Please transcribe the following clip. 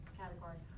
category